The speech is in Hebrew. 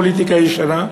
"פוליטיקה ישנה",